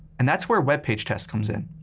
and that's where webpagetest comes in.